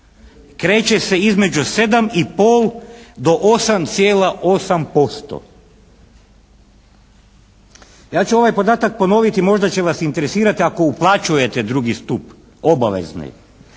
kreće se između 7,5 do 8,8%. Ja ću ovaj podatak ponoviti, možda će vas interesirati ako uplaćujete drugi stup obavezni.